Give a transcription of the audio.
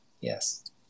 Yes